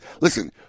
listen